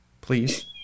Please